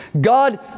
God